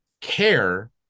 care